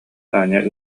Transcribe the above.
таня